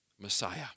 Messiah